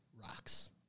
rocks